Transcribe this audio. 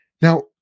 Now